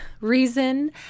reason